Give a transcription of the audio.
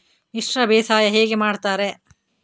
ಮಿಶ್ರ ಬೇಸಾಯ ಹೇಗೆ ಮಾಡುತ್ತಾರೆ?